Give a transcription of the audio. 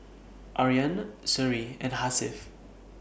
Aryan Seri and Hasif